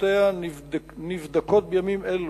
החלטותיה נבדקות בימים אלה.